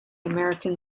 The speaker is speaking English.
american